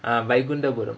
ah Vaikundapuram